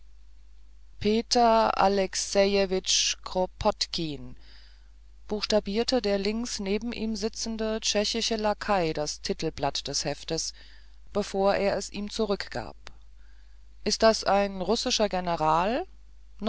peter alexejewitsch kropotkin buchstabierte der links neben ihm sitzende tschechische lakai das titelblatt des heftes bevor er es ihm zurückgab is das ein russischer general